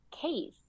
case